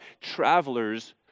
travelers